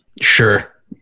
Sure